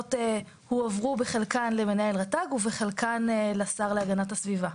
הסמכויות הועברו בחלקן למנהל רת"ג ובחלקן לשר להגנת הסביבה.